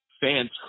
fans